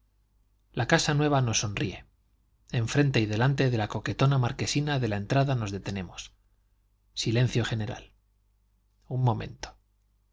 la casa nueva nos sonríe enfrente y delante de la coquetona marquesina de la entrada nos detenemos silencio general un momento